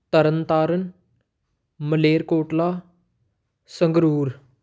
Tarn Taran Malerkotla Sangrur